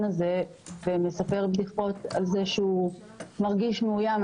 הזה ומספר בדיחות על כך שהוא מרגיש מאוים.